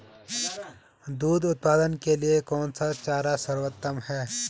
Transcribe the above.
दूध उत्पादन के लिए कौन सा चारा सर्वोत्तम है?